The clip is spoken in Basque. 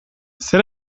zer